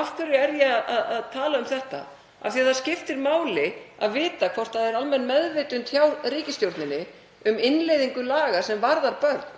Af hverju er ég að tala um þetta? Af því að það skiptir máli að vita hvort það er almenn meðvitund hjá ríkisstjórninni um innleiðingu laga sem varða börn